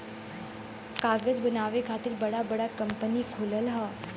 कागज बनावे खातिर बड़ा बड़ा कंपनी खुलल हौ